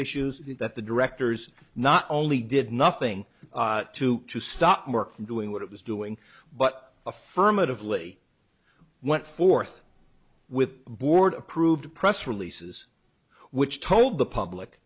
issues that the directors not only did nothing to stop work from doing what it was doing but affirmatively went forth with board approved press releases which told the public